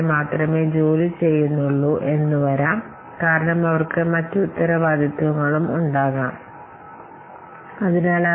ഫലപ്രദമായി part time അടിസ്ഥാനമുണ്ടാകും കാരണം ഇനിയും ചില പതിവ് ജോലികൾ ചെയ്യാനുണ്ട്